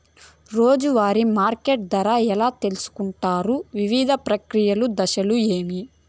రోజూ వారి మార్కెట్ ధర ఎలా తెలుసుకొంటారు వివిధ ప్రక్రియలు దశలు ఏవి?